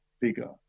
figure